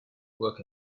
work